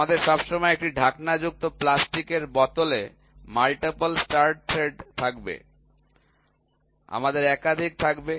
আমাদের সবসময় একটি ঢাকনাযুক্ত প্লাস্টিকের বোতলে মাল্টিপল স্টার্ট থ্রেড থাকবে আমাদের একাধিক থাকবে